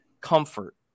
comfort